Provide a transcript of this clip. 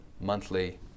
monthly